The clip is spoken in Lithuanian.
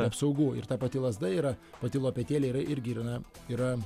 apsaugų ir ta pati lazda yra pati lopetėlė yra irgi yra na yra